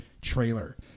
trailer